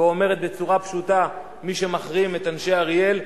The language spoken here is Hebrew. ואומרת בצורה פשוטה: מי שמחרים את אנשי אריאל,